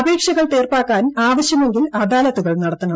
അപേക്ഷകൾ തീർപ്പാക്കാൻ ആവശ്യമെങ്കിൽ അദാലത്തുകൾ നടത്തണം